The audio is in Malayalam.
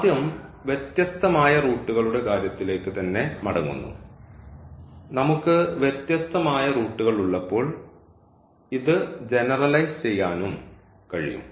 ആദ്യം വ്യത്യസ്തമായ റൂട്ടുകളുടെ കാര്യത്തിലേക്ക് തന്നെ മടങ്ങുന്നു നമുക്ക് വ്യത്യസ്തമായ റൂട്ടുകൾ ഉള്ളപ്പോൾ ഇത് ജനറലൈസ് ചെയ്യാനും കഴിയും